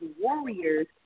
warriors